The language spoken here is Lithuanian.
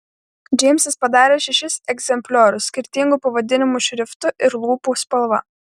džeimsas padarė šešis egzempliorius skirtingu pavadinimų šriftu ir lūpų spalva